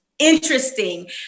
Interesting